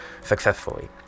successfully